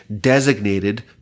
designated